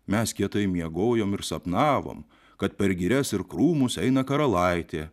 mes kietai miegojom ir sapnavom kad per girias ir krūmus eina karalaitė